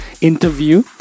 interview